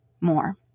more